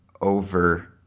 over